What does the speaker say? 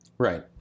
Right